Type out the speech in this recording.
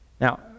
Now